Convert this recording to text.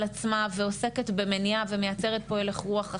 עצמה ועוסקת במניעה ומייצרת פה הלך רוח אחר,